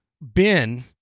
Ben